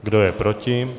Kdo je proti?